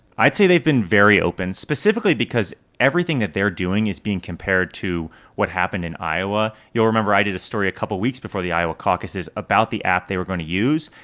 i'd say they've been very open, specifically because everything that they're doing is being compared to what happened in iowa. you'll remember i did a story a couple of weeks before the iowa caucuses about the app they were going to use,